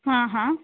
हां हां